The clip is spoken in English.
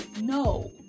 no